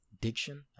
diction